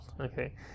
okay